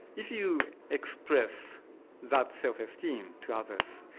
if you express that self-esteem to others,